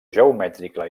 geomètrica